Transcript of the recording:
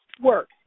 work